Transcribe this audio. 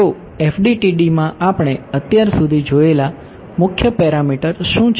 તો FDTD માં આપણે અત્યાર સુધી જોયેલા મુખ્ય પેરામીટર શું છે